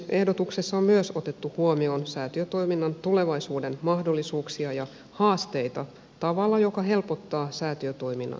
ehdotuksessa on myös otettu huomioon säätiötoiminnan tulevaisuuden mahdollisuuksia ja haasteita tavalla joka helpottaa säätiötoiminnan kehittämistä